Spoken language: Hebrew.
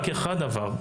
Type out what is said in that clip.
רק אחד עבר.